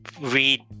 read